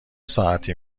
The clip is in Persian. ساعتی